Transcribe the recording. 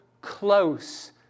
close